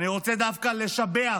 אני רוצה דווקא לשבח,